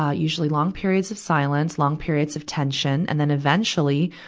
ah usually long periods of silence. long periods of tension. and then, eventually,